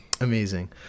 Amazing